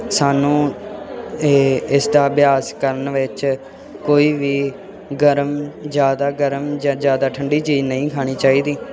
ਸਾਨੂੰ ਇਹ ਇਸ ਦਾ ਅਭਿਆਸ ਕਰਨ ਵਿੱਚ ਕੋਈ ਵੀ ਗਰਮ ਜ਼ਿਆਦਾ ਗਰਮ ਜਾਂ ਜ਼ਿਆਦਾ ਠੰਡੀ ਚੀਜ਼ ਨਹੀਂ ਖਾਣੀ ਚਾਹੀਦੀ